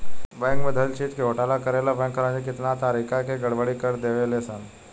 bank में धइल चीज के घोटाला करे ला बैंक कर्मचारी कितना तारिका के गड़बड़ी कर देवे ले सन